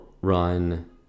run